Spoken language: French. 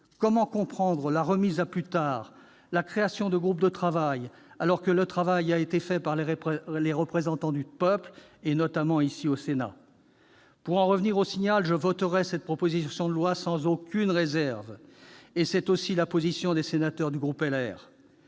Comment comprendre la remise à plus tard et la création de groupes de travail, alors que le travail a été fait par les représentants du peuple, notamment par le Sénat ? Pour en revenir au Signal, je voterai cette proposition de loi sans aucune réserve, et c'est aussi la position de mes collègues du groupe Les